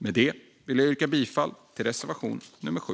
Med det vill jag yrka bifall till reservation nummer 7.